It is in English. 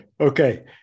Okay